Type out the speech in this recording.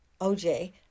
OJ